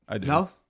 No